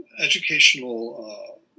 educational